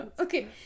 Okay